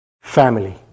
family